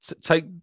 take